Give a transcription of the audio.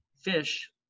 fish